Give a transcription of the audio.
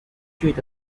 巨大